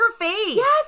Yes